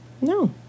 No